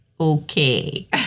okay